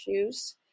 issues